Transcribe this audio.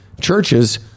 churches